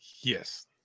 Yes